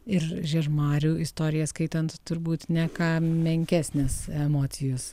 ir žiežmarių istorija skaitant turbūt ne ką menkesnės emocijos